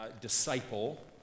disciple